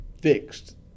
fixed